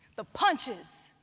the punches,